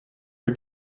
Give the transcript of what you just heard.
for